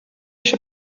się